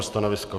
Stanovisko?